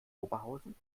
oberhausen